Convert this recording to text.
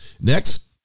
Next